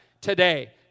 today